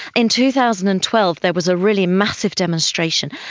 in two thousand and twelve there was a really massive demonstration,